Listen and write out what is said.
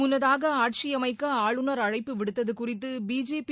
முள்ளதாக ஆட்சியமைக்க ஆளுநர் அழைப்பு விடுத்தது குறித்து பிஜேபி